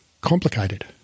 complicated